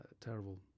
terrible